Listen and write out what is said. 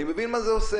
אני מבין מה זה עושה,